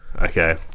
Okay